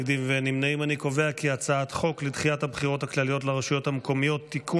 חוק לדחיית הבחירות הכלליות לרשויות המקומיות (תיקון),